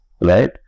right